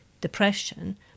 depression